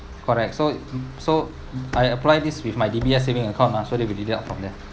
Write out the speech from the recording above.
correct so so I apply this with my D_B_S saving account mah so they will deduct from there